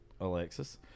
Alexis